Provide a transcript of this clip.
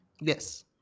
Yes